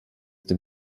dem